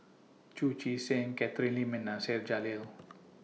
Chu Chee Seng Catherine Lim and Nasir Jalil